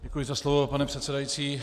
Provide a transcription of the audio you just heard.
Děkuji za slovo, pane předsedající.